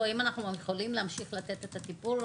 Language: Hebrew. האם הם יכולים להמשיך לתת את הטיפול.